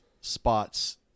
spots